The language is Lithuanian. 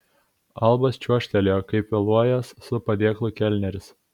albas čiuožtelėjo kaip vėluojąs su padėklu kelneris